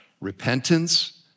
repentance